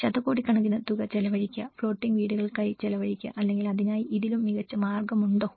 ശതകോടിക്കണക്കിന് തുക ചെലവഴിക്കുക ഫ്ലോട്ടിംഗ് വീടുകൾക്കായി ചെലവഴിക്കുക അല്ലെങ്കിൽ അതിനായി ഇതിലും മികച്ച മാർഗമുണ്ടോ